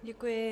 Děkuji.